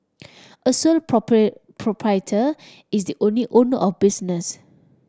a sole proprietor is the only owner of business